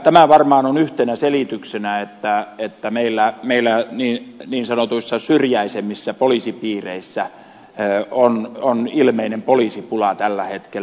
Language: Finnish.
tämä varmaan on yhtenä selityksenä sille että meillä niin sanotuissa syrjäisemmissä poliisipiireissä on ilmeinen poliisipula tällä hetkellä